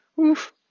oof